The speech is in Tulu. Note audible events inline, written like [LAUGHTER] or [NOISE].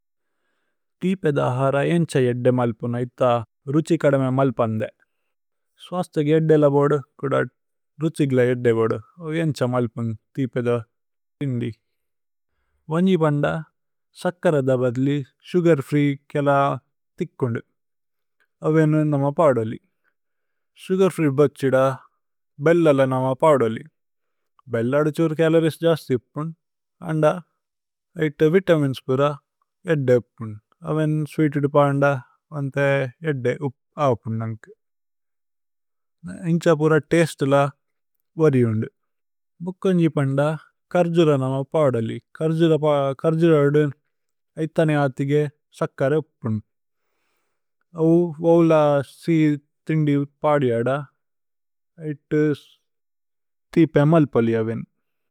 തിപേദ ഹര ഏന്ഛ യേദ്ദേ മല്പുന് ഐഥ। രുഛികദ്മേ മല്പുന് ദേ സ്വശ്തഗ് യേദ്ദേ। ലബോദ് [HESITATION] കുദദ് രുഛിക്ല। യേദ്ദേ ലബോദ് ഏന്ഛ മല്പുന് തിപേദ ഹിന്ദി। വന്ജിപന്ദ സക്കരദബദ് ലി സുഗര് ഫ്രീ। കേല തിക്കുന്ദു അവേനു നമ പദോലി സുഗര്। ഫ്രീ ബഛിദ ബേല്ലല നമ പദോലി ഭേല്ലദ്। ഛുര് ചലോരിഏസ് ജസ്ഥിപുന് അന്ദ വിതമിന്സ്। പുര യേദ്ദേ അപുന് അവേന് സ്വീതേദ് പന്ദ വന്ഥേ। യേദ്ദേ അപുന് നന്കു ഏന്ഛ പുര തസ്തേല। വരിയുന്ദു ഭോകന്ജിപന്ദ കര്ജുര നമ പദോലി। [HESITATION] കര്ജുര അദുന് ഐഥനേ അഥിഗേ। സക്കര് അപുന് അവു വോല സി। [HESITATION] ഥിന്ദി പദിയദ ഇത് ഇസ് തിപ മല്പലി അവേന്। [HESITATION] അവേനു നമ പദ്।